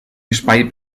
espai